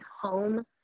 home